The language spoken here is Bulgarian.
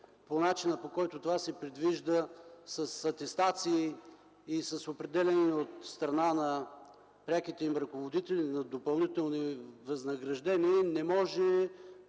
по начина, по който това се предвижда – с атестации и с определяне от страна на преките им ръководители на допълнителни възнаграждения, не може